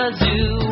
zoo